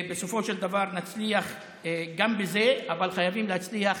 בסופו של דבר נצליח גם בזה, אבל חייבים להצליח